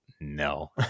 no